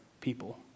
people